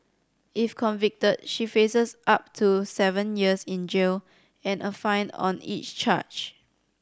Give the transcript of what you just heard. if convicted she faces up to seven years in jail and a fine on each charge